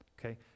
Okay